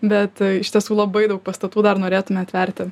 bet iš tiesų labai daug pastatų dar norėtume atverti